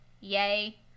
Yay